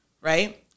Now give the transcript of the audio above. right